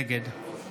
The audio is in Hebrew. נגד